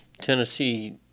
Tennessee